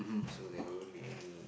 so they won't make any